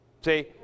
see